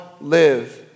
live